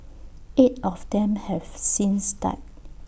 eight of them have since died